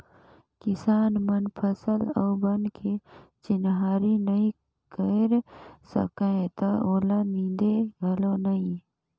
किसान मन फसल अउ बन के चिन्हारी नई कयर सकय त ओला नींदे घलो नई